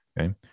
Okay